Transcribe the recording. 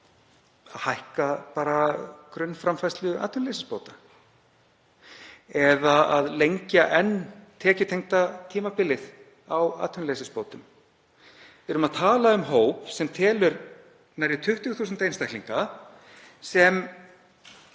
að hækka grunnframfærslu atvinnuleysisbóta eða að lengja enn tekjutengda tímabilið á atvinnuleysisbótum? Við erum að tala um hóp sem telur nærri 20.000 einstaklinga og